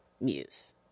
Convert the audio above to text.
Muse